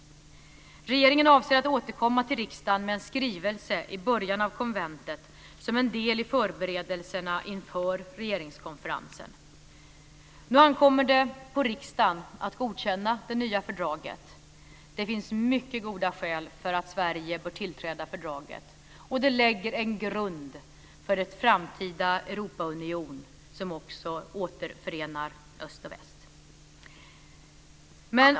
Regeringen avser att återkomma till riksdagen med en skrivelse i början av konventet som en del i förberedelserna inför regeringskonferensen. Nu ankommer det på riksdagen att godkänna det nya fördraget. Det finns mycket goda skäl för att Sverige bör tillträda fördraget. Det lägger en grund för en framtida Europaunion som också återförenar öst och väst.